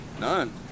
None